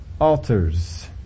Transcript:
altars